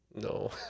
No